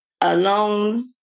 alone